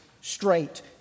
straight